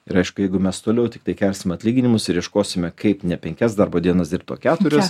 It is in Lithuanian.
ir aišku jeigu mes toliau tiktai kelsime atlyginimus ir ieškosime kaip ne penkias darbo dienas dirbt o keturias